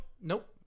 Nope